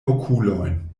okulojn